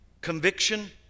conviction